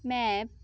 map